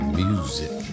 music